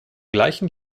gleichen